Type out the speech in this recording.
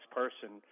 person